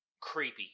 Creepy